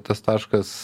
tas taškas